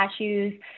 cashews